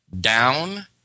down